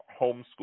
homeschool